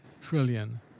trillion